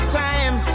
time